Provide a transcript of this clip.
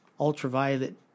ultraviolet